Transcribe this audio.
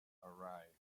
arrive